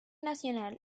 nacional